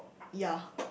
ya